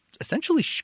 essentially